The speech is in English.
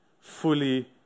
fully